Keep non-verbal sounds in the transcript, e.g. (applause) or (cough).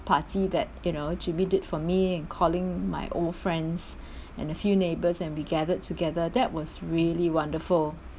party that you know jimmy did for me and calling my old friends (breath) and a few neighbours and we gathered together that was really wonderful